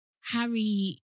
Harry